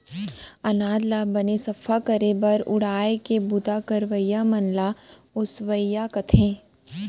अनाज ल बने सफ्फा करे बर उड़ाय के बूता करइया मन ल ओसवइया कथें